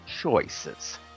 choices